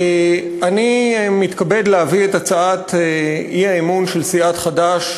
אני מתכבד להביא את הצעת האי-אמון של סיעת חד"ש.